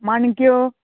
माणक्यो